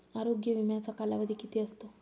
आरोग्य विम्याचा कालावधी किती असतो?